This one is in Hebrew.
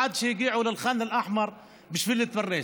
עד שהם הגיעו לאל-ח'אן אל-אחמר בשביל להתפרנס.